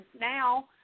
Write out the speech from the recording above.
now